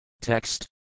Text